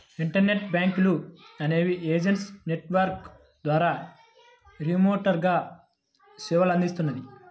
internet బ్యాంకులు అనేవి agent network ద్వారా రిమోట్గా సేవలనందిస్తాయి